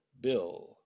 bill